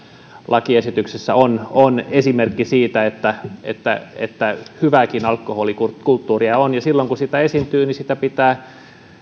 lakiesityksessä ovat esimerkki siitä että että hyvääkin alkoholikulttuuria on ja silloin kun sitä esiintyy niin sitä